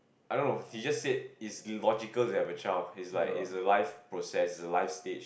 I don't know he just said is logical to have a child is like it's a life process a life stage